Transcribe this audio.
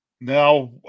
now